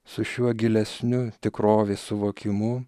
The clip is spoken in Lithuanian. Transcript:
su šiuo gilesniu tikrovės suvokimu